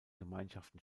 gemeinschaften